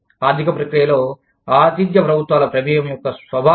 ఆర్థిక ప్రక్రియలో ఆతిధ్య ప్రభుత్వాల ప్రమేయం యొక్క స్వభావం